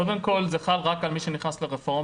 קודם כל, זה חל רק על מי שנכנס לרפורמה.